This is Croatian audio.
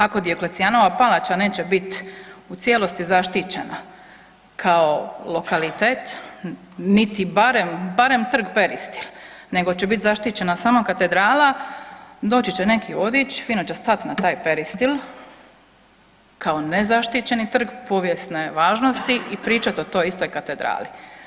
Ako Dioklecijanova palača neće bit u cijelosti zaštićena kao lokalitet, niti barem, barem trg Peristil, nego će biti zaštićena samo katedrala, doći će neki vodič, fino će stat na taj Peristil kao nezaštićeni trg povijesne važnosti i pričati o toj istoj katedrali.